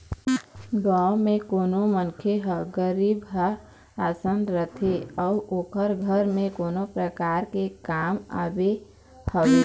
गाँव म कोनो मनखे ह गरीबहा असन रहिथे अउ ओखर घर म कोनो परकार ले काम आय हवय